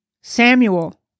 Samuel